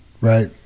right